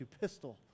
pistol